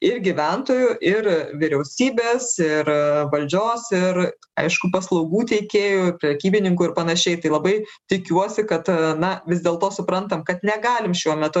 ir gyventojų ir vyriausybės ir valdžios ir aišku paslaugų teikėjų prekybininkų ir panašiai tai labai tikiuosi kad na vis dėlto suprantam kad negalim šiuo metu